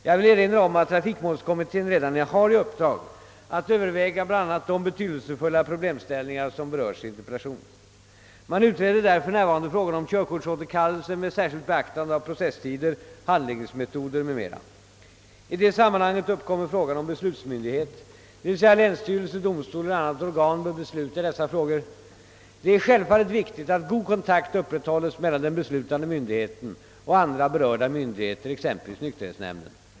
Jag vill erinra om att trafikmålskommittén redan har i uppdrag att överväga bl.a. de betydelsefulla problemställningar som berörs i interpellationen. Man utreder där för närvarande frågan om körkortsåterkallelser med särskilt beaktande av processtider, handläggningsmetoder m.m. I det sammanhanget uppkommer frågan, om beslutsmyndighet, d. v. s. länsstyrelse, domstol eller annat organ, bör besluta i dessa frågor. Det är självfallet viktigt att god kontakt upprätthålls mellan den beslutande myndigheten och andra berörda myndigheter, exempelvis nykterhetsnämnden.